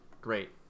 great